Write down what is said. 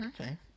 okay